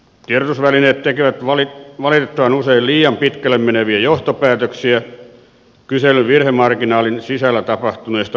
tiedotusvälineet tekevät valitettavan usein liian pitkälle meneviä johtopäätöksiä kyselyn virhemarginaalin sisällä tapahtuneista muutoksista